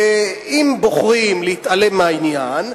ואם בוחרים להתעלם מהעניין,